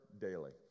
daily